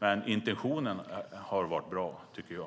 Men intentionen har varit bra, tycker jag.